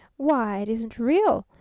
why, it isn't real!